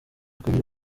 kabiri